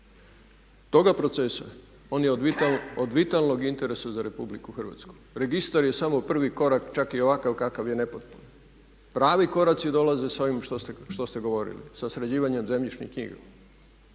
toga procesa on je od vitalnog interesa za RH, registar je samo prvi korak čak i ovakav kakav je nepotpun, pravi koraci dolaze s ovim što ste govorili, sa sređivanjem zemljišnih knjiga